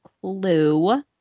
Clue